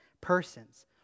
persons